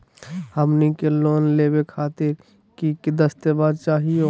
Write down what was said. हमनी के लोन लेवे खातीर की की दस्तावेज चाहीयो?